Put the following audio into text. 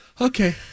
Okay